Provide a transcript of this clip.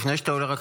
לפני שאתה עולה,